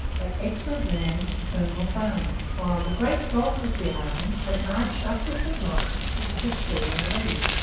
that excellent man, colonel baum while the great bulk of the army had marched up the st lawrence, as we have seen already.